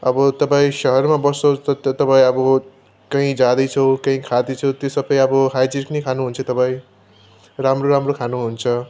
अब तपाईँ सहरमा बस्छ त तपाईँ अब कहीँ जाँदैछ केही खाँदैछ त्यो सबै अब हाइजेनिक खानुहुन्छ तपाईँ राम्रो राम्रो खानुहुन्छ